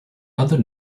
other